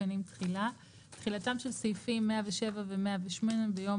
התקנים תחילה 109. תחילתם של סעיפים 107 ו־108 ביום